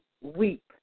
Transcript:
weep